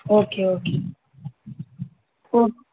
okay okay okay